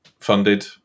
funded